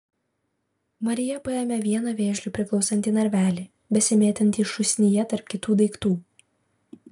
marija paėmė vieną vėžliui priklausantį narvelį besimėtantį šūsnyje tarp kitų daiktų